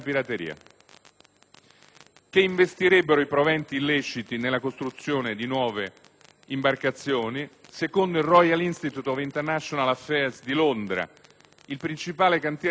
che investirebbero i proventi illeciti nella costruzione di nuove imbarcazioni. Secondo il Royal Institute of International Affairs di Londra il principale cantiere navale somalo,